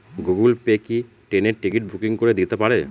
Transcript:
Google Pay কি ট্রেনের ticket booking করে দিতে পারে?